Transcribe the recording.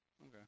Okay